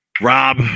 rob